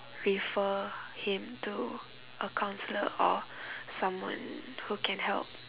refer him to a counsellor or someone who can help